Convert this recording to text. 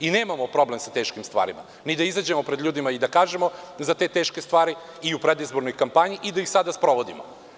Nemamo problem sa teškim stvarima, ni da izađemo pred ljude i da kažemo za te teške stvari u predizbornoj kampanji i da ih sada sprovodimo.